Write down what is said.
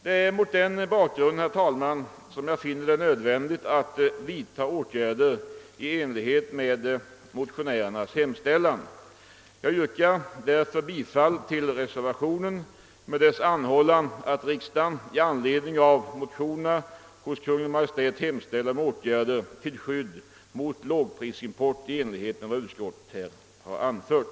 Det är mot denna bakgrund, herr talman, jag finner det nödvändigt att vidtaga åtgärder i enlighet med motionärernas hemställan. Jag yrkar därför bifall till det i reservationen gjorda yrkandet, att riksdagen i anledning av motionerna hos Kungl. Maj:t skall hemställa om åtgärder till skydd mot lågprisimport i enlighet med vad reservanterna anfört.